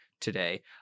today